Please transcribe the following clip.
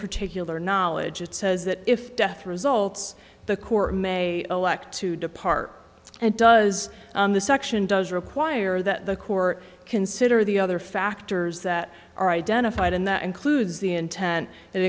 particular knowledge it says that if death results the court may elect to depart and does this action does require that the court consider the other factors that are identified and that includes the intent that